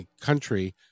country